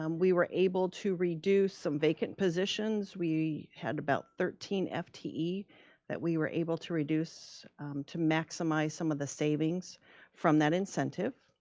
um we were able to reduce some vacant positions, we had about thirteen fte that we were able to reduce to maximize some of the savings from that incentive,